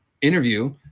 interview